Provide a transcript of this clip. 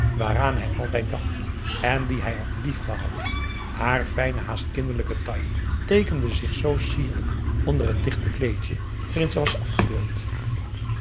waaraan hij altijd dacht en die hij had liefgehad haar fijne haast kinderlijke taille teekende zich zoo sierlijk onder het lichte kleedje waarin ze was afgebeeld